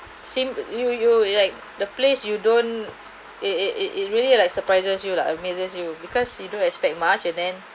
same you you you like the place you don't it it it it really like surprises you lah amazes you because you don't expect much and then